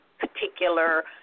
particular